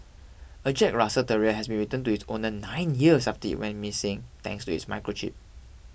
a Jack Russell terrier has been returned to its owner nine years after it went missing thanks to its microchip